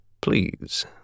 Please